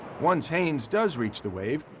once haynes does reach the wave,